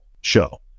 show